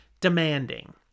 demanding